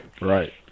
right